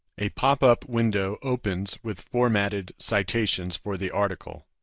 a pop up window opens with formatted citations for the article.